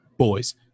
boys